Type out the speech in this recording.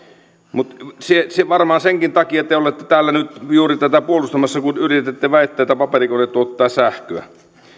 mutta varmaan senkin takia te olette täällä nyt juuri tätä puolustamassa kun yritätte väittää että paperikone tuottaa sähköä